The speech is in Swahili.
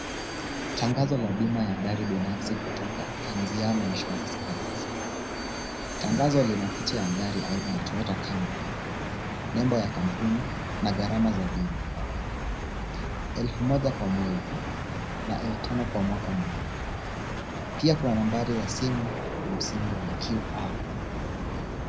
Tangazo la bima ya gari binafsi kutoka Anziano Insurance Agency . Tangazo lina picha ya gari aina ya Toyota Camry, nembo ya kampuni na gharama za bima elfu moja kwa mwezi na elfu tano kwa mwaka mmoja. Pia kuna nambari za simu na msimbo wa QR.